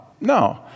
no